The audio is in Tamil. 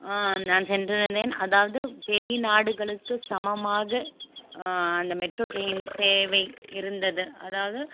நான் சென்றிருந்தேன் அதாவது வெளிநாடுகளுக்கு சமமாக அந்த மெட்ரோ டிரெயின் சேவை இருந்தது அதாவது